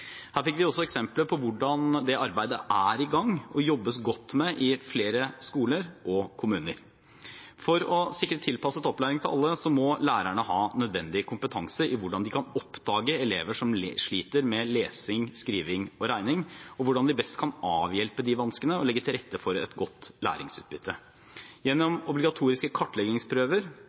Her fikk vi også eksempler på hvordan det arbeidet er i gang og jobbes godt med i flere skoler og kommuner. For å sikre tilpasset opplæring til alle må lærerne ha nødvendig kompetanse i hvordan de kan oppdage elever som sliter med lesing, skriving og regning, og hvordan de best kan avhjelpe de vanskene og legge til rette for et godt læringsutbytte. Gjennom obligatoriske kartleggingsprøver